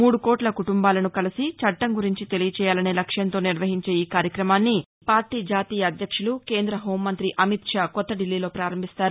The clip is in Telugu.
మూడు కోట్ల కుటంబాలను కలిసి చట్టం గురించి తెలియజేయాలనే లక్ష్మంతో నిర్వహించే ఈ కార్యక్రమాన్ని పార్టీ జాతీయ అధ్యక్షులు కేంద్ర హోమంగ్రి అమిత్ షా కొత్త ఢిల్లీలో పారంభిస్తారు